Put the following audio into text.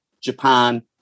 Japan